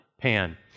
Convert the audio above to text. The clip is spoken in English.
Pan